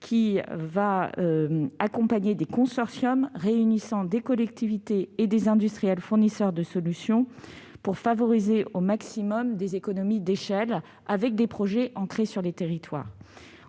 et accompagnera des consortiums réunissant des collectivités et des industriels fournisseurs de solutions pour favoriser au maximum des économies d'échelle, avec des projets ancrés sur les territoires.